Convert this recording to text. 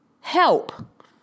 Help